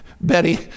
Betty